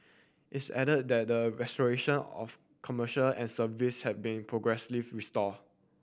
it's added that the restoration of commercial and service had been progressively restore